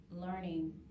learning